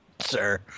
sir